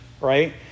right